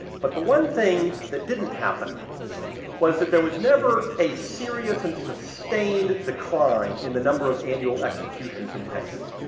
but the one thing that didn't happen was that there was never a serious and sustained decline in the number of annual executions in texas.